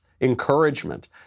encouragement